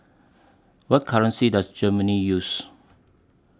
What currency Does Germany use